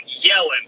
yelling